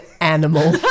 animal